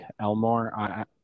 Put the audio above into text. Elmore